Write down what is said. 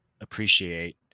appreciate